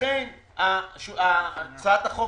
לכן הצעת החוק,